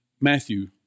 Matthew